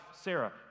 Sarah